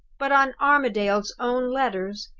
but on armadale's own letters,